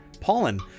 pollen